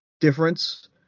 difference